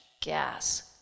Gas